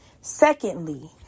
Secondly